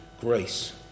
grace